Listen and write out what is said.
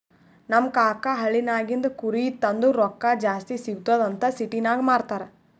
ನಮ್ ಕಾಕಾ ಹಳ್ಳಿನಾಗಿಂದ್ ಕುರಿ ತಂದು ರೊಕ್ಕಾ ಜಾಸ್ತಿ ಸಿಗ್ತುದ್ ಅಂತ್ ಸಿಟಿನಾಗ್ ಮಾರ್ತಾರ್